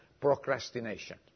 Procrastination